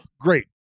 great